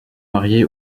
mariée